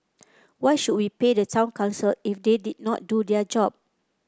why should we pay the town council if they did not do their job